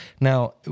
now